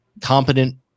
competent